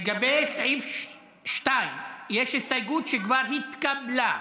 לגבי סעיף 2, יש הסתייגות, שכבר התקבלה.